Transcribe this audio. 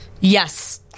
yes